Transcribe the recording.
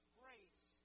grace